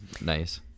nice